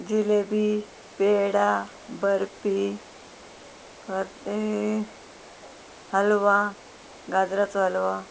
जिलेबी पेडा बर्पी आनी हलवा गाजराचो हलवा